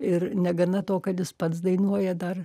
ir negana to kad jis pats dainuoja dar